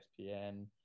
ESPN